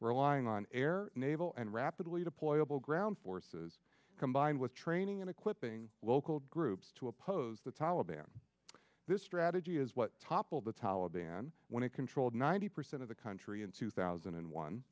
relying on air naval and rapidly deployable ground forces combined with training and equipping local groups to oppose the taliban this strategy is what toppled the taliban when it controlled ninety percent of the country in two thousand and one